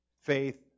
faith